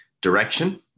direction